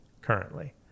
currently